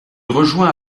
rejoint